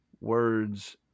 words